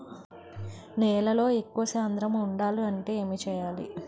నేలలో ఎక్కువ సాంద్రము వుండాలి అంటే ఏంటి చేయాలి?